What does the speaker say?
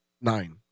nine